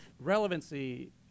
Relevancy